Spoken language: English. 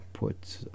Put